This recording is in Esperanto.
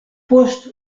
post